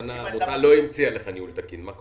לתת להם פעם בשנה 3,000 שקל, זה פשוט לצחוק עליהם.